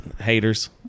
haters